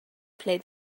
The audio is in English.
play